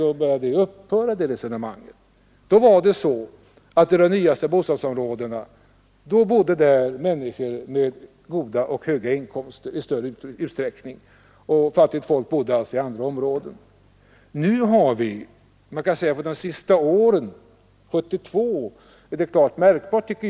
Sedan upphörde det resonemanget. Då var det så att det i de nyaste bostadsområdena i stor utsträckning bodde människor med goda inkomster. Fattigt folk bodde i andra områden. Men under de senaste åren har det skett en förändring.